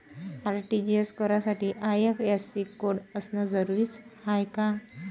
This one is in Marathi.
आर.टी.जी.एस करासाठी आय.एफ.एस.सी कोड असनं जरुरीच हाय का?